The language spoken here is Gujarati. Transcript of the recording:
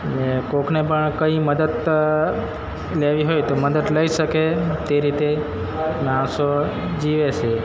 ને કોઈકને પણ કંઈ મદદ લેવી હોય તો મદદ લઈ શકે તે રીતે માણસો જીવે છે